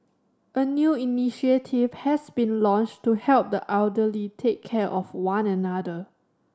a new initiative has been launched to help the elderly take care of one another